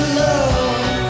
love